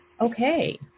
Okay